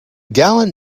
gallant